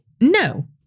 No